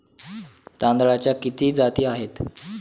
तांदळाच्या किती जाती आहेत?